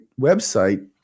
website